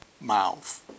mouth